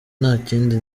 ntakindi